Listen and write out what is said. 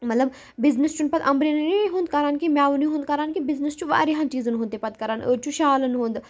مطلب بِزنِس چھُنہٕ پَتہٕ امبریٚری ہُنٛد کَران کہنٛہہ میوٕنٕے ہُنٛد کَران کہِ بِزنِس چھُ واریاہَن چیٖزَن ہُنٛد تہ پَتہٕ کَران أڑۍ چھُ شالَن ہُنٛد